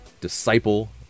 disciple